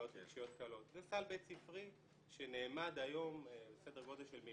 בעיות רגשיות קלות זה סל בית ספרי שעומד היום על סדר גודל של 1.1